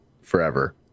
forever